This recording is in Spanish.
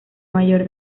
mayor